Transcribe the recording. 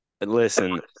Listen